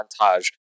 montage